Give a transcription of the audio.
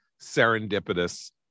serendipitous